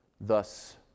Thus